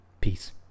Peace